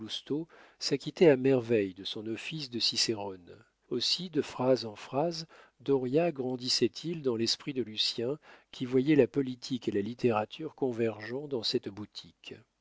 s'acquittait à merveille de son office de cicérone aussi de phrase en phrase dauriat grandissait il dans l'esprit de lucien qui voyait la politique et la littérature convergeant dans cette boutique